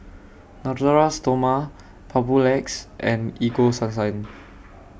Natura Stoma Papulex and Ego